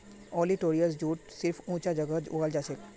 olitorius jute सिर्फ ऊंचा जगहत उगाल जाछेक